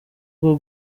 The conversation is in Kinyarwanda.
bwo